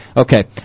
Okay